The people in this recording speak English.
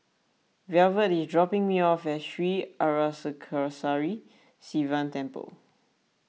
velvet is dropping me off at Sri Arasakesari Sivan Temple